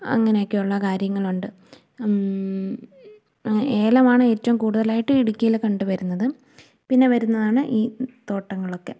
അങ്ങനെ ഒക്കെ ഉള്ള കാര്യങ്ങളുണ്ട് ഏലമാണ് ഏറ്റവും കൂടുതലായിട്ട് ഇടുക്കിയിൽ കണ്ടുവരുന്നത് പിന്നെ വരുന്നതാണ് ഈ തോട്ടങ്ങളൊക്കെ